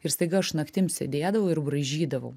ir staiga aš naktim sėdėdavau ir braižydavau